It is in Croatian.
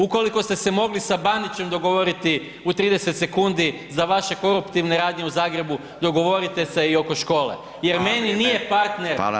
Ukoliko ste se mogli sa Bandićem dogovoriti u 30 sekundi za vaše koruptivne radnje u Zagrebu, dogovorite se i oko škole jer meni nije partner